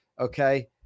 okay